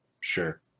sure